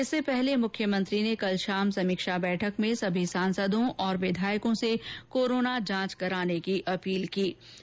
इससे पहले मुख्यमंत्री ने कल शाम समीक्षा बैठक में सभी सांसदों और विधायकों से कोरोना जांच कराने की अपील की है